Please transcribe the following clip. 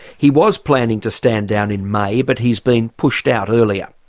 he was planning to stand down in may, but he's been pushed out earlier.